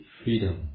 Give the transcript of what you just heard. freedom